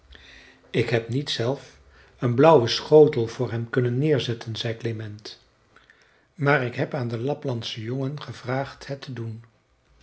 ik heb niet zelf een blauwen schotel voor hem kunnen neerzetten zei klement maar ik heb aan den laplandschen jongen gevraagd het te doen